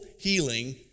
healing